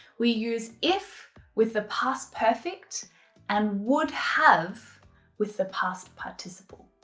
we use if with the past perfect and would have with the past participle.